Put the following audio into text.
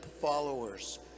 followers